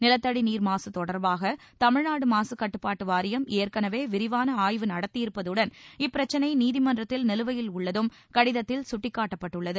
நிலத்தடி நீர் மாசு தொடர்பாக தமிழ்நாடு மாசுக் கட்டுப்பாட்டு வாரியம் ஏற்கனவே விரிவான ஆய்வு நடத்தியிருப்பதுடன் இப்பிரச்னை நீதிமன்றத்தில் நிலுவையில் உள்ளதும் கடிதத்தல் சுட்டிக்காட்டப்பட்டுள்ளது